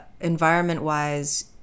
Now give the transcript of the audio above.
environment-wise